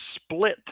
split